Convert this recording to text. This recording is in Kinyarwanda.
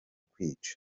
kwica